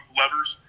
levers